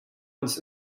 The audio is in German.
uns